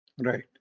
right